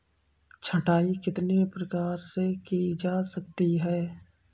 छँटाई कितने प्रकार से की जा सकती है?